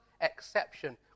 exception